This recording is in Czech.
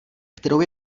kterou